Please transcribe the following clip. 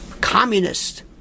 Communist